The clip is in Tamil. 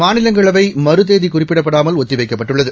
மாநிலங்களவை மறுதேதி குறிப்பிடப்படாமல் ஒத்தி வைக்கப்பட்டுள்ளது